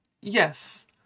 Yes